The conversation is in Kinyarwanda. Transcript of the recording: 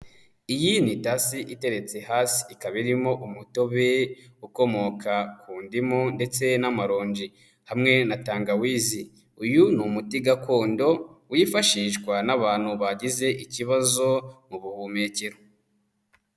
Iyi ni itasi iteretse hasi ikaba irimo umutobe ukomoka ku ndimu ndetse n'amaronji hamwe na tangawizi, uyu ni umuti gakondo wifashishwa n'abantu bagize ikibazo mu buhumekero.